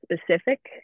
specific